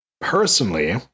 personally